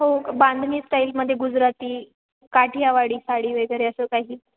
हो बांधणी स्टाईलमध्ये गुजराती काठियावाडी साडी वगैरे असं काही